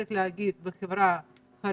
צריך להגיד את זה בחברה החרדית.